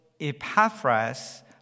Epaphras